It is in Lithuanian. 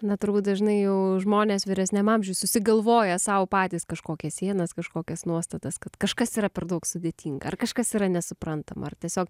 na turbūt dažnai jau žmonės vyresniam amžiuj susigalvoja sau patys kažkokias sienas kažkokias nuostatas kad kažkas yra per daug sudėtinga ar kažkas yra nesuprantama ar tiesiog